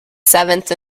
seventh